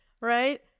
right